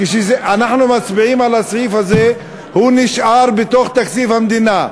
כשאנחנו מצביעים על הסעיף הזה הוא נשאר בתוך תקציב המדינה,